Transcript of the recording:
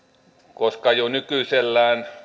koska jo nykyisellään